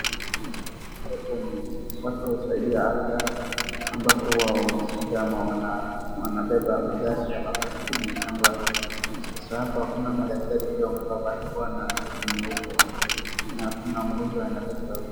Hapo kuna watu ambapo ni wa watu wakusaidia afya ambapo huwa wameshika ama wanabeba magari kama first aid inaitwangwa. Sasa kuna madaktari wamevaa pia barakoa na koti nyeupe na kuna mgonjwa anameletwa.